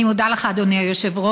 אני מודה לך, אדוני היושב-ראש.